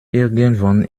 irgendwann